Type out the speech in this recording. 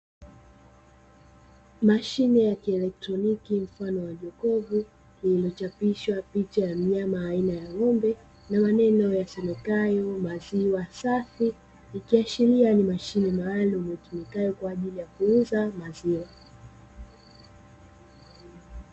Mashine ya kielektroniki mfano wa jokofu iliyochapishwa picha ya mnyama aina ya ng'ombe, na maneno yasomekayo maziwa safi ikiashiria ni mashine maalumu itumikayo kwa ajili ya kuuza maziwa.